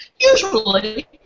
Usually